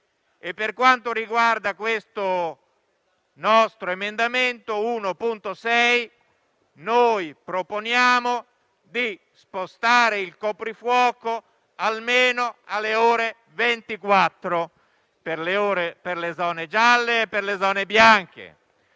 Per quanto riguarda l'emendamento 1.6, noi proponiamo di spostare il coprifuoco almeno alle ore 24 per le zone gialle e bianche.